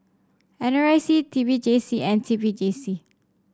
N R I C T P J C and T P J C